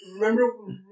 Remember